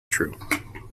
true